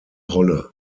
rolle